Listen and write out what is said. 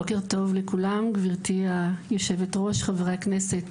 בוקר טוב לכולם, גבירתי היושבת ראש, חברי הכנסת